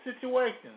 situations